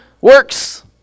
works